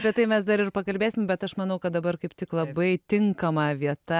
apie tai mes dar ir pakalbėsim bet aš manau kad dabar kaip tik labai tinkama vieta